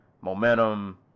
momentum